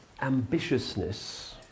ambitiousness